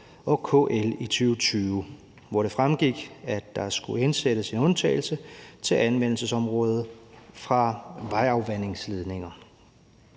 og KL i 2020, hvor det fremgik, at der skulle indsættes en undtagelse fra anvendelsesområdet til vejafvandingsledninger.